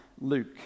Luke